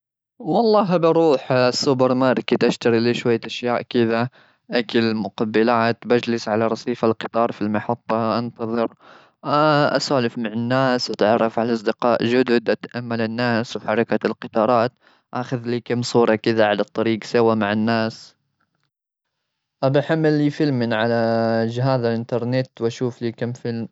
والله، أبي أروح السوبر ماركت أشتري لي شوية أشياء كذا، أكل مقبلات. بجلس على رصيف القطار في المحطة، أنتظر. أسولف مع الناس وأتعرف على أصدقاء جدد، أتأمل الناس وحركة القطارات. أخذ لي كم صورة كذا على الطريق سوا مع الناس. أبي أحمل لي فيلم من على جهاز الإنترنت وأشوف لي كم فيلم.